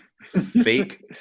fake